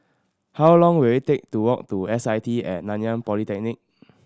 how long will it take to walk to S I T At Nanyang Polytechnic